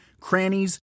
crannies